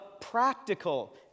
practical